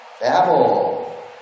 Babel